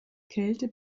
kälte